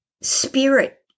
spirit